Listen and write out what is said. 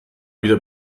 wieder